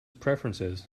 preferences